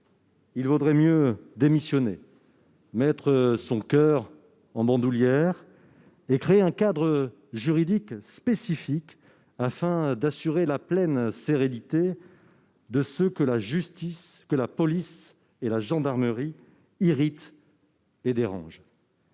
il vaudrait mieux démissionner, mettre son coeur en bandoulière et créer un cadre juridique spécifique afin d'assurer la pleine sérénité de ceux que la justice, la police et la gendarmerie irritent et dérangent.